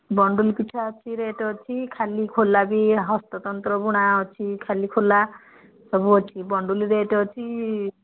bundle ପିଛା ଅଛି rate ଅଛି ଖାଲି ଖୋଲା ବି ହସ୍ତତନ୍ତ ବୁଣା ଅଛି ଖାଲି ଖୋଲା ସବୁ ଅଛି ବଣ୍ଡଲ୍ ରେଟ୍ ଅଛି